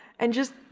and just,